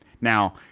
now